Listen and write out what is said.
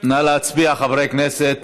נא להצביע, חברי הכנסת.